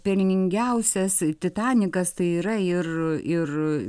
pelningiausias titanikas tai yra ir ir